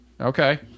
Okay